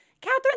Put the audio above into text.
Catherine